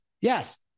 Yes